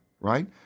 right